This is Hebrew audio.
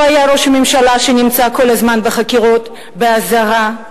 היה ראש ממשלה שנמצא כל הזמן בחקירות באזהרה,